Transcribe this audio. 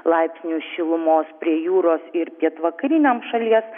laipsnių šilumos prie jūros ir pietvakariniam šalies